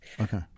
okay